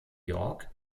york